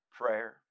Prayer